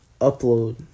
upload